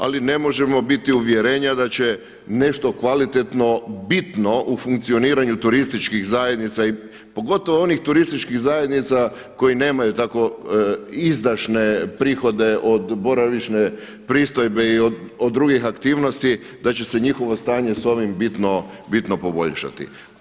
Ali ne možemo biti uvjerenja da će nešto kvalitetno bitno u funkcioniranju turističkih zajednica, pogotovo onih turističkih zajednica koji nemaju tako izdašne prihode od boravišne pristojbe i od drugih aktivnosti da će se njihovo stanje sa ovim bitno poboljšati.